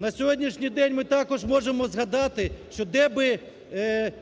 На сьогоднішній день ми також можемо згадати, що де би